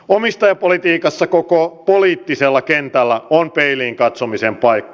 omistajapolitiikassa koko poliittisella kentällä on peiliin katsomisen paikka